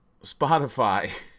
Spotify